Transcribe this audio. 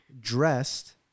dressed